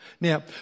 Now